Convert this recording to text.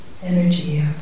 Energy